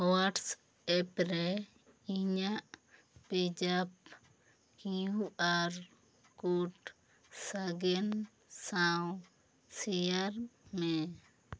ᱦᱚᱣᱟᱴᱥ app ᱨᱮ ᱤᱧᱟᱹᱜ ᱯᱮᱡᱟᱯ ᱠᱤᱭᱩ ᱟᱨ ᱠᱳᱰ ᱥᱟᱜᱮᱱ ᱥᱟᱶ ᱥᱮᱭᱟᱨ ᱢᱮ